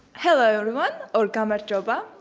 hello everyone, or gamarjoba.